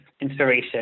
inspiration